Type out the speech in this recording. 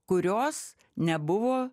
kurios nebuvo